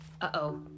Uh-oh